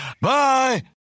Bye